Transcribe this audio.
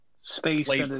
space